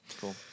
Cool